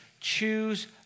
choose